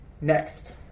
Next